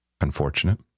unfortunate